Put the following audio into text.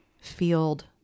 field